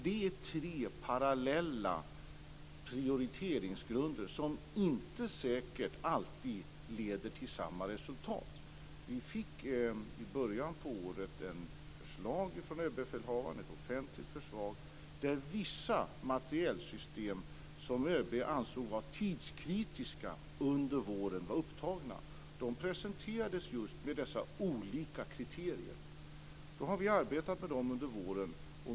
Det är tre parallella prioriteringsgrunder som inte säkert alltid leder till samma resultat. Vi fick i början av året ett offentligt förslag från överbefälhavaren där vissa materielsystem som ÖB ansåg var tidskritiska under våren var upptagna. De presenterades just med dessa olika kriterier. Vi har arbetat med dem under våren.